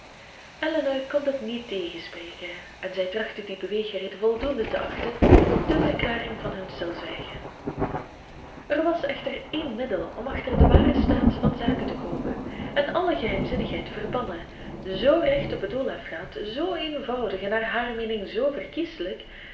elinor kon dit niet tegenspreken en zij trachtte die beweegreden voldoende te achten ter verklaring van hun stilzwijgen er was echter één middel om achter den waren staat van zaken te komen en alle geheimzinnigheid te verbannen z recht op het doel afgaand zoo eenvoudig en naar hare meening zoo verkieselijk